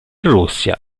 russia